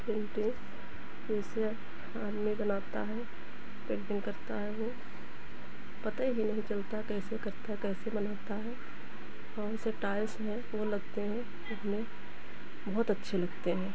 painting जैसे आदमी बनाता है पेंटिंग करता है जो पता ही नहीं चलता कैसे करता है कैसे बनाता है तो ऐसे टाइल्स है जो लगते हैं उसमें बहुत अच्छे लगते हैं